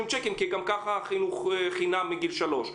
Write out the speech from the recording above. צ'קים כי גם ככה החינוך חינם מגיל שלוש.